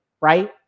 right